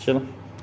चलो